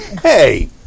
hey